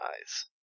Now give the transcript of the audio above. eyes